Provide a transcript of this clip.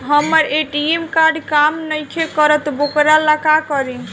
हमर ATM card काम नईखे करत वोकरा ला का करी?